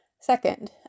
Second